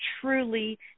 truly